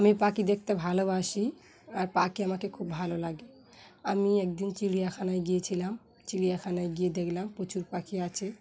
আমি পাখি দেখতে ভালোবাসি আর পাখি আমাকে খুব ভালো লাগে আমি একদিন চিড়িয়াখানায় গিয়েছিলাম চিড়িয়াখানায় গিয়ে দেখলাম প্রচুর পাখি আছে